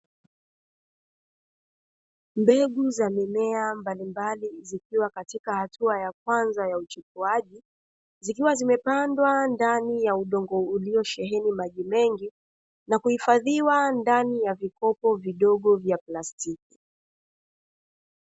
Mbegu za mimea mbalimbali zikiwa katika hatua ya kwanza ya uchipuaji, zikiwa zimepandwa ndani ya udongo uliosheheni maji mengi na kuhifadhiwa ndani ya vikopo vidogo vya plastiki.